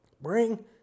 Bring